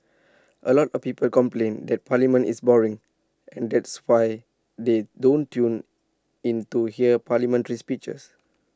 A lot of people complain that parliament is boring and that's why they don't tune in to hear parliamentary speeches